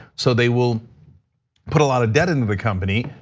so they will put a lot of debt into the company,